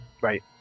Right